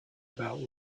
about